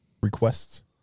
requests